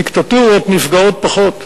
דיקטטורות נפגעות פחות.